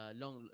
long